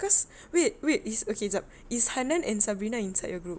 cause wait wait is okay jap is hanan and sabrina inside your group